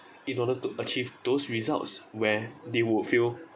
in order to achieve those results where they would feel